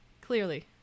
clearly